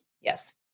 Yes